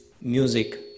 music